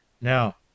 Now